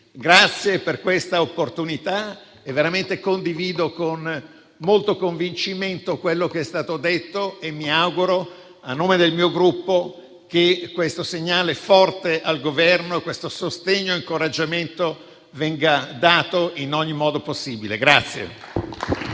Grazie per questa opportunità. Condivido con molto convincimento quello che è stato detto e mi auguro, a nome del mio Gruppo, che questo segnale forte al Governo, questo sostegno e questo incoraggiamento vengano dati in ogni modo possibile.